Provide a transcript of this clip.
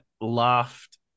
laughed